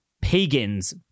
pagans